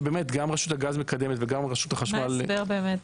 שבאמת גם רשות הגז מקדמת וגם רשות החשמל --- מה ההסבר באמת,